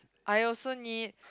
I also need